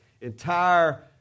entire